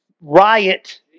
riot